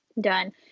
done